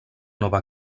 nova